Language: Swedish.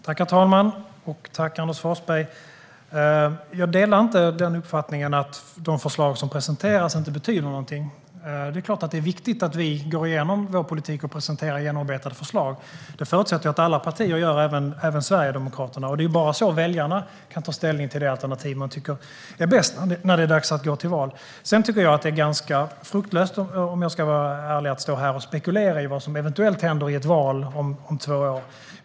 Herr talman! Tack, Anders Forsberg! Jag delar inte uppfattningen att de förslag som presenteras inte betyder någonting. Det är klart att det är viktigt att vi går igenom vår politik och presenterar ett genomarbetat förslag. Det förutsätter jag att alla partier gör, även Sverigedemokraterna. Det är bara så väljarna kan ta ställning till det alternativ de tycker är det bästa när det är dags att gå till val. Jag tycker att det är ganska fruktlöst, om jag ska vara ärlig, att stå här och spekulera i vad som eventuellt händer i ett val om två år.